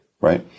right